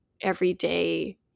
everyday